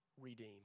redeem